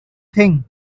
thing